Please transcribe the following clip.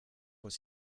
was